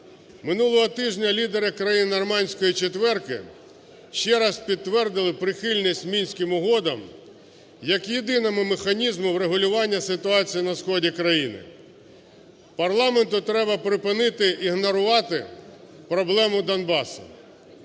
Минулого тижня лідери країн Нормандської четвірки ще раз підтвердили прихильність Мінським угодам як єдиному механізму врегулювання ситуації на сході країни. Парламенту треба припинити ігнорувати проблему Донбасу,